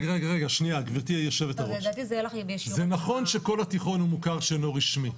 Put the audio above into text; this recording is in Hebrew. גברתי יושבת הראש זה נכון שכל התיכון מוכר שאינו רשמי,